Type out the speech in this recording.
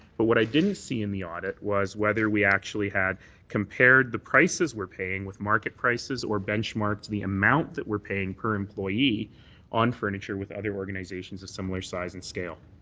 but what i didn't see in the audit was whether we actually had compared the prices we're paying with market prices or benchmarked the amount that we're paying per employee on furniture with other organizations of similar size and scale.